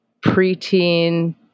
preteen